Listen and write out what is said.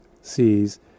sees